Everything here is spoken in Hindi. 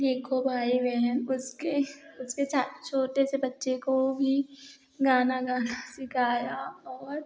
देखो भाई बहन उसके उसके छोटे से बच्चे को भी गाना गाना सिखाया और